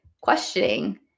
questioning